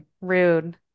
Rude